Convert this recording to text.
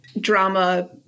drama